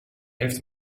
heeft